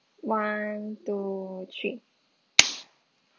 one two three